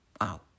Wow